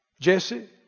Jesse